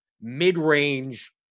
mid-range